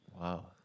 Wow